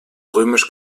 römisch